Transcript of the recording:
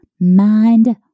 mind